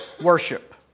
worship